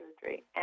surgery